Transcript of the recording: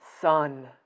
Son